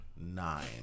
nine